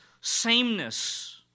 sameness